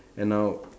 and now